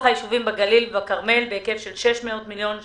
הישובים בגליל והכרמל בהיקף של 600 מיליון שקלים.